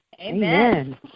Amen